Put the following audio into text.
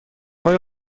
های